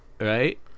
Right